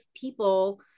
people